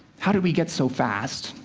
how did we get so fast?